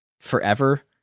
forever